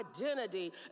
identity